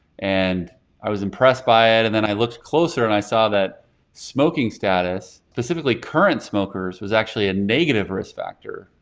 and i was impressed by it and then i looked closer and i saw that smoking status, specifically current smokers was actually a negative risk factor.